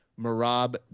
Marab